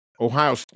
Ohio